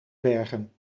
bergen